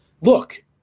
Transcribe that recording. look